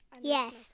Yes